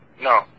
No